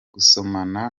gusomana